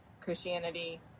Christianity